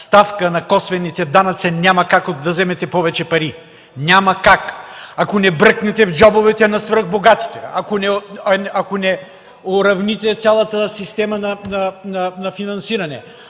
ставка на косвените данъци няма как да вземете повече пари? Няма как! Ако не бръкнете в джобовете на свръхбогатите, ако не уравните цялата система на финансиране,